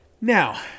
Now